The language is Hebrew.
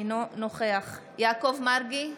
אינו נוכח יעקב מרגי,